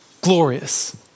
glorious